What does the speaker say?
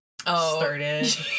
started